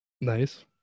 Nice